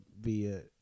via